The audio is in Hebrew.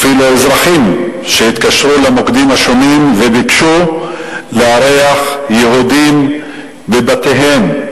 אפילו אזרחים שהתקשרו למוקדים השונים וביקשו לארח יהודים בבתיהם,